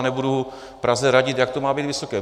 Nebudu Praze radit, jak to má být vysoké.